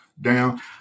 down